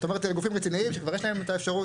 את אומרת אלה גופים רציניים שכבר יש להם את האפשרות.